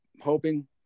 hoping